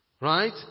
Right